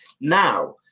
Now